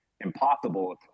impossible